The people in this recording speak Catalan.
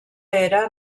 era